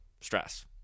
stress